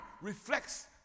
reflects